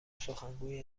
سخنگوی